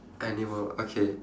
animal okay